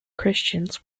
christians